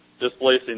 displacing